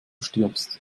stirbst